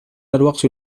الوقت